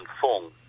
fong